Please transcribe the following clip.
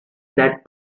that